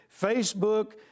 Facebook